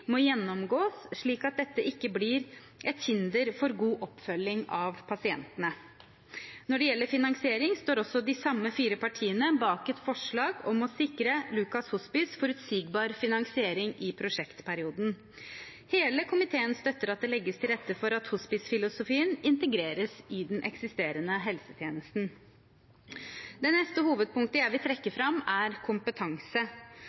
må gjennomgås, slik at dette ikke blir et hinder for god oppfølging av pasientene. Når det gjelder finansering, står også de samme fire partiene bak et forslag om å sikre bruk av Lukas Hospice en forutsigbar finansiering i prosjektperioden. Hele komiteen støtter at det legges til rette for at hospicefilosofien integreres i den eksisterende helsetjenesten. Det neste hovedpunktet jeg vil trekke